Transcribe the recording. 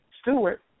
Stewart